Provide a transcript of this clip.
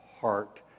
heart